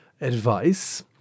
advice